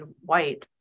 white